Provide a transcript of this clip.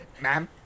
Ma'am